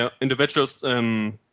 individuals –